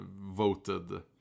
voted